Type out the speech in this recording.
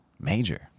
Major